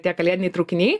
tie kalėdiniai traukiniai